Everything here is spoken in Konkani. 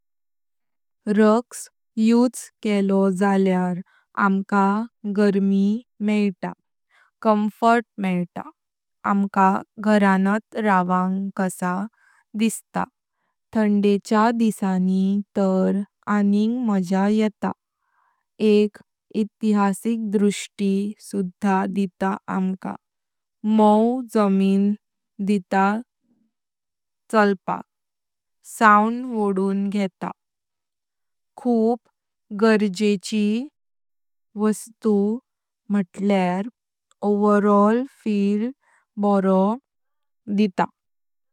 रग्स उसे केलो जल्यार आमका गर्मी मेयता, कॉम्फर्ट मेयता, आमका घरांत रावांग कसा दिसता थंडेच्या दिसानी तर आनींग माझ्या येता, एक इतिहासिक दृष्टि सुधा दिता आमका। मोंव जमीन दिता चलता, साउंड वोडून घेतां खूप गर्जेची वस्तु मुतल्यार ओवरॉल फील बारो दित।